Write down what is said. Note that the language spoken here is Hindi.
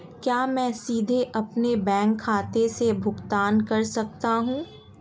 क्या मैं सीधे अपने बैंक खाते से भुगतान कर सकता हूं?